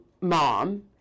Mom